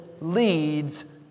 leads